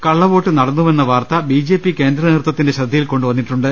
കള്ളവോട്ട് നടന്നുവെന്ന വാർത്ത ബി ജെ പി കേന്ദ്ര നേതൃത്വത്തിന്റെ ശ്രദ്ധയിൽ കൊണ്ടുവന്നിട്ടുണ്ട്